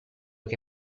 che